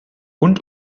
und